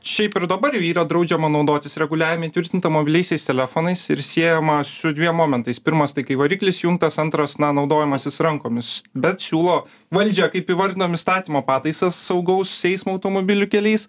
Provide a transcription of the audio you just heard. šiaip ir dabar yra draudžiama naudotis reguliavime įtvirtinta mobiliaisiais telefonais ir siejama su dviem momentais pirmas tai kai variklis įjungtas antras na naudojimasis rankomis bet siūlo valdžia kaip įvardinom įstatymo pataisas saugaus eismo automobilių keliais